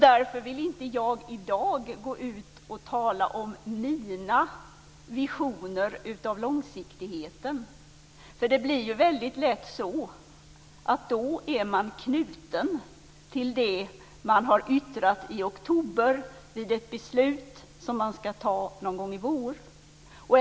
Därför vill inte jag i dag gå ut och tala om mina visioner av långsiktigheten. Det blir ju väldigt lätt så att när man ska ta ett beslut någon gång i vår kommer man att vara knuten till det man yttrade i oktober.